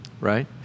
Right